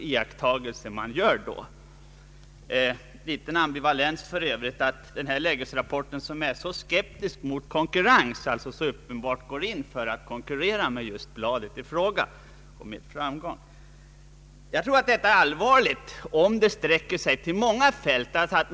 Det är uttryck för en viss ambivalens, för övrigt, att denna lägesrapport, som är skeptisk mot konkurrens, så uppenbart går in för att konkurrera med just bladet i fråga — och med framgång. Jag tror att nyttjandet av krångliga ord är allvarligt om det sträcker sig till många fält.